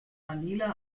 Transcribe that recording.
manila